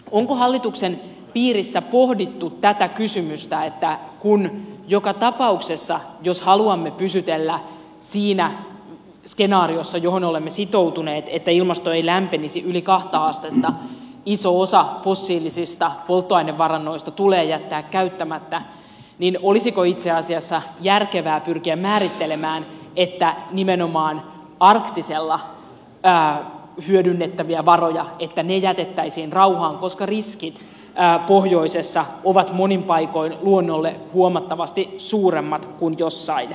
onko hallituksen piirissä pohdittu tätä kysymystä että kun joka tapauksessa jos haluamme pysytellä siinä skenaariossa johon olemme sitoutuneet että ilmasto ei lämpenisi yli kahta astetta iso osa fossiilisista polttoainevarannoista tulee jättää käyttämättä olisiko itse asiassa järkevää pyrkiä määrittelemään että nimenomaan arktisella hyödynnettävät varat jätettäisiin rauhaan koska riskit pohjoisessa ovat monin paikoin luonnolle huomattavasti suuremmat kuin jossain muualla